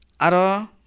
Aro